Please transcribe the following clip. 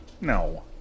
No